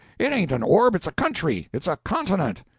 it ain't an orb it's a country it's a continent.